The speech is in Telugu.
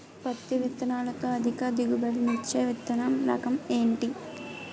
పత్తి విత్తనాలతో అధిక దిగుబడి నిచ్చే విత్తన రకం ఏంటి?